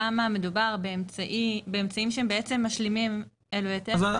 למה מדובר באמצעים שהם בעצם משלימים אלה את אלה.